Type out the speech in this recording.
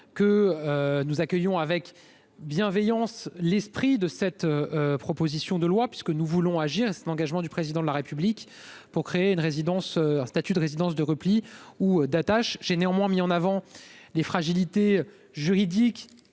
que nous accueillions avec bienveillance l'esprit de cette proposition de loi puisque nous voulons créer, conformément à l'engagement du Président de la République, un statut de résidence de repli ou d'attache. J'ai néanmoins mis en avant les fragilités juridiques,